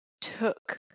took